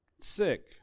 Sick